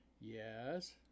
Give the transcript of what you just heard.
Yes